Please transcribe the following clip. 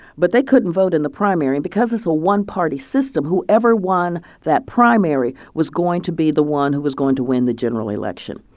but they couldn't vote in the primary. because it's a one-party system, whoever won that primary was going to be the one who was going to win the general election.